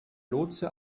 lotse